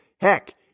Heck